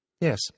Yes